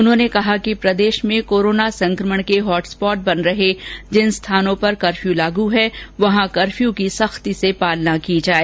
उन्होंने कहा कि प्रदेश में कोरोना संकमण के हॉटस्पॉट बन रहे जिन स्थानों पर कर्फ्यू लागू है वहां कर्फ्यू की सख्ती से पालना की जाए